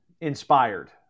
inspired